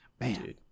Man